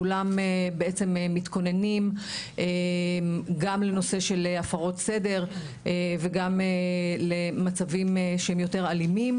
כולם בעצם מתכוננים גם לנושא של הפרות סדר וגם למצבים שהם יותר אלימים.